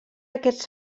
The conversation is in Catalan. aquests